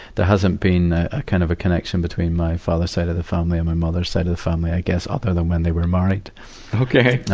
there hasn't been a, a kind of a connection between my father's side of the family and my mother's side of the family. i guess, although then when they were married paul okay!